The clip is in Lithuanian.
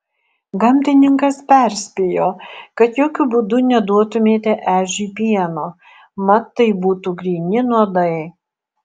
gamtininkas perspėjo kad jokiu būdu neduotumėte ežiui pieno mat tai būtų gryni nuodai